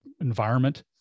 environment